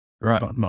Right